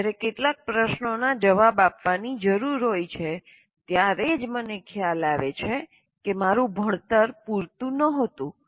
જ્યારે કેટલાક પ્રશ્નોના જવાબ આપવાની જરૂર હોય છે ત્યારે જ મને ખ્યાલ આવે છે મારું ભણતર પૂરતું નહોતું